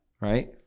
right